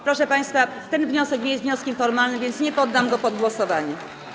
Proszę państwa, ten wniosek nie jest wnioskiem formalnym, więc nie poddam go pod głosowanie.